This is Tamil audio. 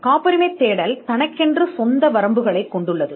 காப்புரிமை தேடல் சொந்த வரம்புகளைக் கொண்டுள்ளது